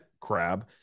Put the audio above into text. crab